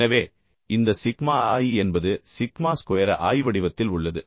எனவே இந்த sigma i என்பது சிக்மா ஸ்கொயர் i வடிவத்தில் உள்ளது